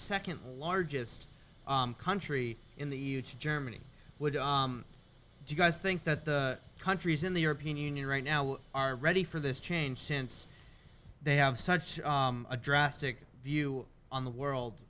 second largest country in the e u to germany would you guys think that the countries in the european union right now are ready for this change since they have such a drastic view on the world